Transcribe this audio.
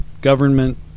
government